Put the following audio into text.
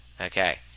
okay